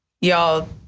Y'all